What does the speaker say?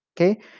okay